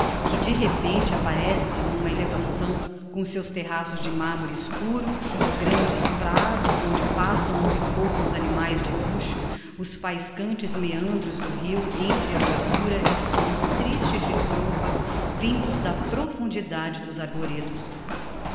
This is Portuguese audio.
que de repente apparece n'uma elevação com os seus terraços de marmore escuro os grandes prados onde pastam ou repousam os animaes de luxo os faiscantes meandros do rio entre a verdura e sons tristes de trompa vindos da profundidade dos arvoredos